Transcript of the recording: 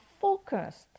focused